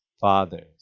fathers